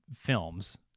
films